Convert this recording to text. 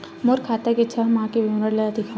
मोर खाता के छः माह के विवरण ल दिखाव?